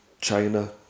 China